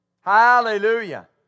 Hallelujah